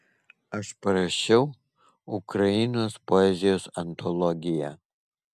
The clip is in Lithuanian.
aš parašiau ukrainos poezijos antologiją